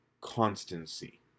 constancy